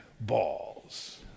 balls